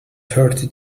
thirty